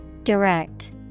Direct